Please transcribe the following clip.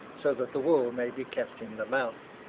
so that the wool may be kept in the mouth.